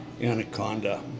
Anaconda